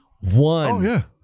one